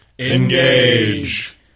Engage